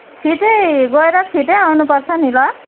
छिटै गएर छिटै आउनुपर्छ नि ल